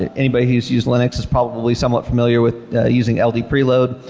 ah anybody who sees linux is probably somewhat familiar with using ld freeload.